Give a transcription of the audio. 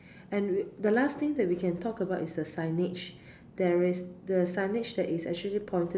and we the last thing that we can talk about is the signage there is the signage that is actually pointed